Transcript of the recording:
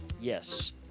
Yes